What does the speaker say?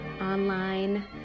online